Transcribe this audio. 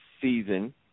season